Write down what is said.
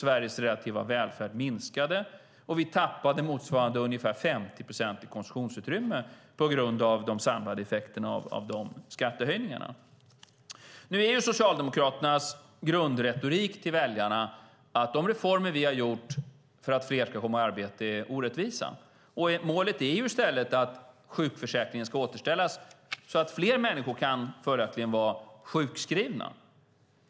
Sveriges relativa välfärd minskade, och vi tappade motsvarande ungefär 50 procent i konsumtionsutrymme på grund av de samlade effekterna av de skattehöjningarna. Nu är Socialdemokraternas grundretorik till väljarna att de reformer vi har gjort för att fler ska komma i arbete är orättvisa. Deras mål är i stället att sjukförsäkringen ska återställas så att fler människor följaktligen kan vara sjukskrivna.